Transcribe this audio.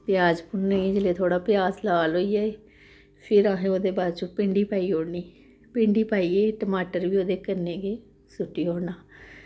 प्याज भुन्नियै जिसलै थोह्ड़ा प्याज लाल होई जाए फिर असें ओह्दे बाद च भिंडी पाई ओड़नी भिंडी पाइयै टमाटर बी ओह्दे कन्नै गै सु'ट्टी ओड़ना